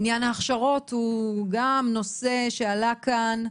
עניין ההכשרות הוא גם נושא שעלה כאן,